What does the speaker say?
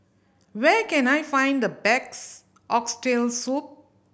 where can I find the best Oxtail Soup